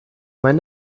mein